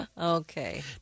Okay